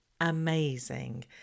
amazing